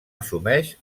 assumeix